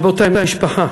רבותי, משפחה